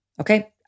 Okay